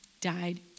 died